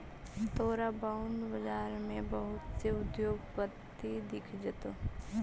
तोरा बॉन्ड बाजार में बहुत से उद्योगपति दिख जतो